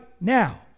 now